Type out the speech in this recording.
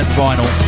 vinyl